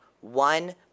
one